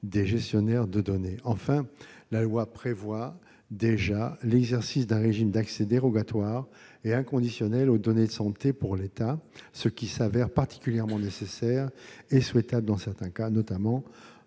des gestionnaires de données. Enfin, la loi prévoit déjà l'exercice d'un régime d'accès dérogatoire et inconditionnel aux données de santé pour l'État, ce qui s'avère particulièrement nécessaire et souhaitable dans certains cas, notamment